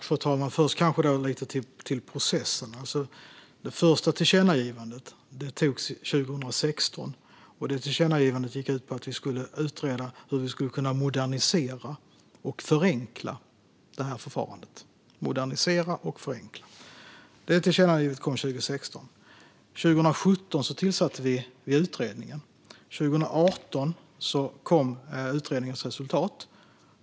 Fru talman! Först ska jag kanske säga något om processen. Det första tillkännagivandet gjordes 2016, och det gick ut på att vi skulle utreda hur vi skulle kunna modernisera och förenkla detta förfarande. År 2017 tillsatte vi utredningen. År 2018 kom utredningens resultat.